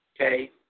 okay